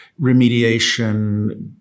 remediation